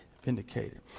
vindicated